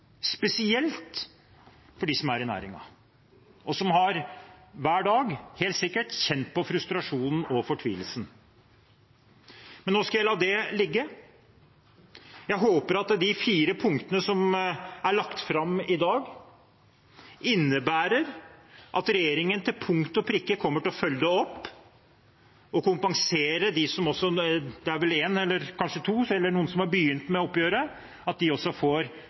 spesielt for dem som er i næringen, og som hver dag helt sikkert har kjent på frustrasjonen og fortvilelsen. Men nå skal jeg la det ligge. Jeg håper at de fire forslagene som er lagt fram i dag, innebærer at regjeringen til punkt og prikke kommer til å følge dette opp og kompensere dem som også – det er vel én eller kanskje to – har begynt med oppgjøret, slik at de også får